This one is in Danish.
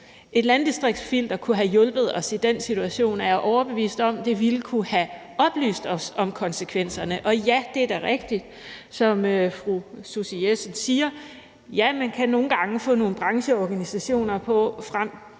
Et landdistriktsfilter kunne have hjulpet os i den situation, er jeg overbevist om. Det ville kunne have oplyst os om konsekvenserne. Og ja, det er da rigtigt, som fru Susie Jessen siger, at man nogle gange kan få nogle brancheorganisationer til